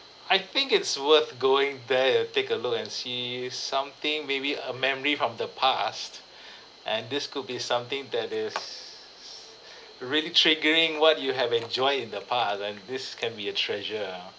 I think it's worth going there and take a look and see something maybe a memory from the past and this could be something that is really triggering what you have enjoy in the past then this can be a treasure ah